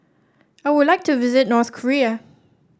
I would like to visit North Korea